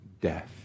death